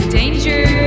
danger